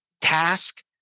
task